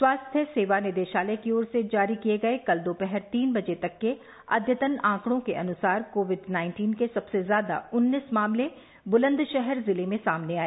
स्वास्थ्य सेवा निदेशालय की ओर से जारी कल दोपहर तीन बजे तक अद्यतन आंकड़ों के अनुसार कोविड नाइन्टीन के सबसे ज्यादा उन्नीस मामले बुलंदशहर जिले में सामने आए